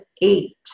eight